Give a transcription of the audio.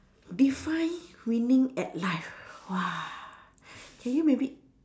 define winning at life !wah! can you maybe